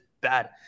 bad